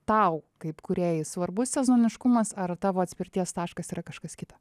tau kaip kūrėjui svarbus sezoniškumas ar tavo atspirties taškas yra kažkas kita